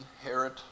inherit